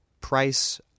price